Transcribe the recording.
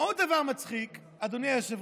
עוד דבר מצחיק, אדוני היושב-ראש,